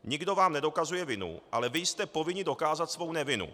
Nikdo vám nedokazuje vinu, ale vy jste povinni dokázat svou nevinu.